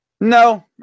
No